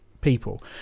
people